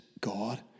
God